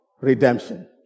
redemption